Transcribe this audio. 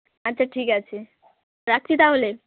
আচ্ছা ঠিক আছে রাখছি তাহলে